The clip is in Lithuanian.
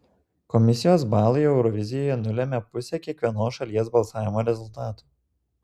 komisijos balai eurovizijoje nulemia pusę kiekvienos šalies balsavimo rezultatų